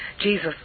Jesus